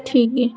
ਠੀਕ ਹੈ